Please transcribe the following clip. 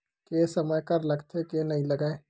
के समय कर लगथे के नइ लगय?